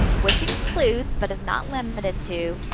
which includes, but is not limited to,